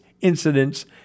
incidents